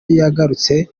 yaragutse